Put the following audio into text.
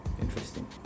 Interesting